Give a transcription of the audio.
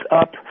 up